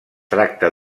tracta